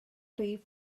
rhif